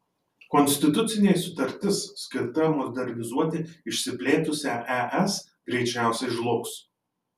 konstitucinė sutartis skirta modernizuoti išsiplėtusią es greičiausiai žlugs